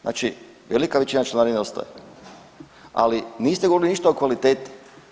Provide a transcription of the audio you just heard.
Znači velika većina članarine ostaje, ali niste govorili ništa o kvaliteti.